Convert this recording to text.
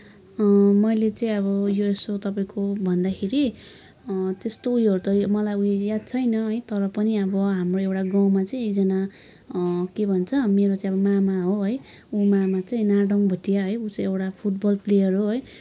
मैले चाहिँ अब यसो तपाईँको भन्दाखेरि त्यस्तो उयोहरू त मलाई उयो याद छैन है तर पनि अब हाम्रो एउटा गाउँमा चाहिँ एकजना के भन्छ मेरो चाहिँ अब मामा हो है ऊ मामा चाहिँ नाडोङ भुटिया ऊ चाहिँ एउटा फुटबल प्लेयर हो है